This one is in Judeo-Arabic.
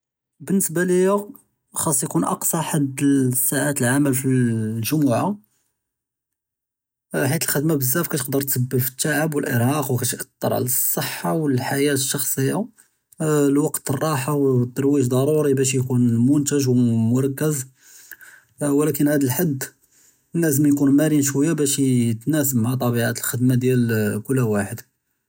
בִּנְסְבַּה לִיָא חַאס יְקוּן אַקְסַא חַד לִסַּעַאת אֶלְעֻמַּל פִּי אֶלְגּ'מְעַה חֵית אֶלְכַּדְמָה בְּזַאף כַּתְעַוֶּד תַּסְעַב וְאֶלְאִרְהַאק וּכּתְאַתֵּר עַל אֶלְصِّحָּה וְאֶלְחַיַאת אֶלְשَّחْصִיָּה. לְווַקְת אֶלְרّاحַה וְאֶלְתְרוּוִيج דַּרּוּרִי בַּאש יְקוּן מֻנְתַג וּמֻרַכַּז, וּלָקִין הָאדּ הַד חַאס יְקוּן מְרַנּ וְשׁוּיָא בַּאש יִתְנַאסַב מַע טִבְעִיַת אֶלְכַּדְמָה דִּיַאל כֻּל וַחַד.